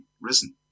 risen